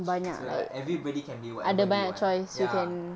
so like everybody can be whatever they want ya